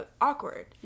awkward